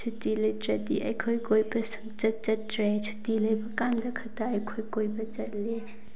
ꯁꯨꯇꯤ ꯂꯩꯇ꯭ꯔꯗꯤ ꯑꯩꯈꯣꯏ ꯀꯣꯏꯕ ꯁꯨꯡꯆꯠ ꯆꯠꯇ꯭ꯔꯦ ꯁꯨꯇꯤ ꯂꯩꯕ ꯀꯥꯟꯗ ꯈꯛꯇ ꯑꯩꯈꯣꯏ ꯀꯣꯏꯕ ꯆꯠꯂꯤ